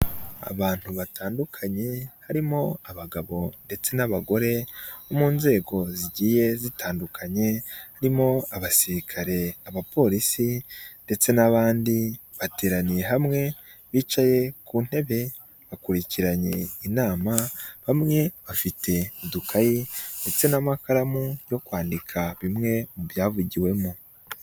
Abantu batandukanye harimo abagabo ndetse n'abagore bo mu nzego zigiye zitandukanye harimo abasirikare, abapolisi ndetse n'abandi, bateraniye hamwe bicaye ku ntebe bakurikiranye inama, bamwe bafite udukayi ndetse n'amakaramu yo kwandika bimwe mu byavugiwemo.